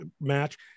match